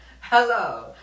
Hello